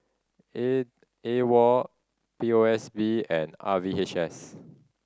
A AWOL P O S B and R V H S